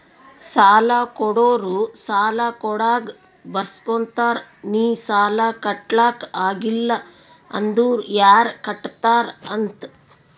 ಸಾಲಾ ಕೊಡೋರು ಸಾಲಾ ಕೊಡಾಗ್ ಬರ್ಸ್ಗೊತ್ತಾರ್ ನಿ ಸಾಲಾ ಕಟ್ಲಾಕ್ ಆಗಿಲ್ಲ ಅಂದುರ್ ಯಾರ್ ಕಟ್ಟತ್ತಾರ್ ಅಂತ್